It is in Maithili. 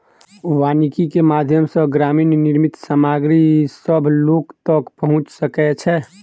वानिकी के माध्यम सॅ ग्रामीण निर्मित सामग्री सभ लोक तक पहुँच सकै छै